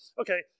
Okay